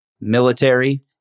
military